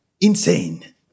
Insane